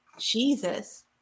Jesus